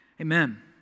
Amen